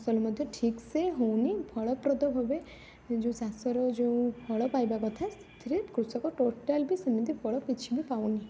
ଫସଲ ମଧ୍ୟ ଠିକ୍ ସେ ହେଉନି ଫଳପ୍ରଦଭାବେ ଏ ଯେଉଁ ଚାଷର ଯେଉଁ ଫଳ ପାଇବା କଥା ସେଥିରେ କୃଷକ ଟୋଟାଲ୍ବି ସେମିତି ଫଳ କିଛି ପାଉନି